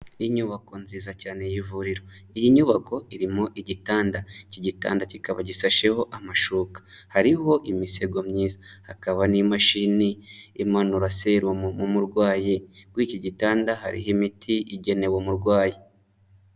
Inyubako nziza cyane y'ivuriro iyi nyubako irimo igitanda iki gitanda kikaba gishasheho amashuka, hariho imisego myiza hakaba n'imashini imanura serumu murwayi, kuri iki gitanda hariho imiti igenewe umurwayi.